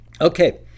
okay